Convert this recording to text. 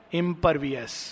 impervious